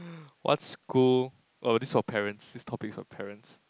what school oh this is for parents this topic is for parents